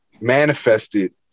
manifested